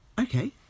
okay